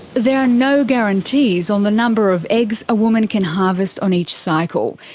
there are no guarantees on the number of eggs a woman can harvest on each cycle.